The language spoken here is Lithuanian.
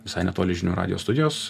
visai netoli žinių radijo studijos